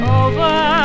over